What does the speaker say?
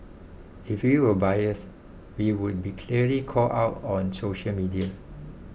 if we were biased we would be clearly called out on social media